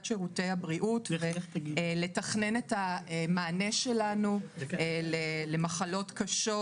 שירותי הבריאות ולתכנן את המענה שלנו למחלות קשות,